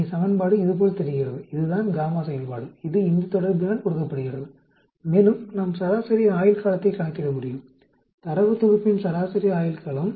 இங்கே சமன்பாடு இது போல் தெரிகிறது இதுதான் γ செயல்பாடு இது இந்த தொடர்பினால் கொடுக்கப்படுகிறது மேலும் பின்னர் நாம் சராசரி ஆயுள்காலத்தைக் கணக்கிட முடியும் தரவு தொகுப்பின் சராசரி ஆயுள்காலம்